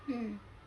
um